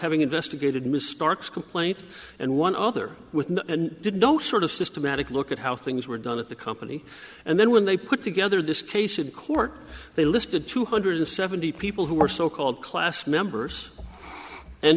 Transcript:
having investigated ms stark's complaint and one other with did no sort of systematic look at how things were done at the company and then when they put together this case in court they listed two hundred seventy people who are so called class members and